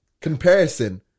comparison